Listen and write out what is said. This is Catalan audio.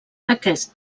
aquest